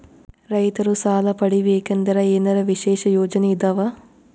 ರೈತರು ಸಾಲ ಪಡಿಬೇಕಂದರ ಏನರ ವಿಶೇಷ ಯೋಜನೆ ಇದಾವ?